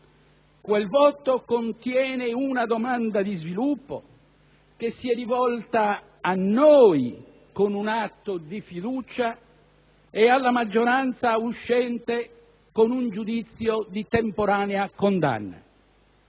Quel voto contiene una domanda di sviluppo che si è rivolta a noi con un atto di fiducia e alla maggioranza uscente con un giudizio di temporanea condanna.